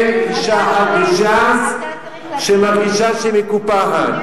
אין אשה אחת בש"ס שמרגישה שהיא מקופחת.